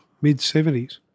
mid-70s